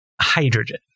hydrogen